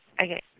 Okay